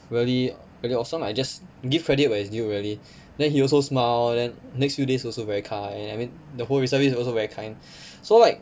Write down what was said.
really got some I just give credit where it's due really then he also smile then next few days also very kind I mean the whole reservists also very kind so like